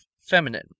Feminine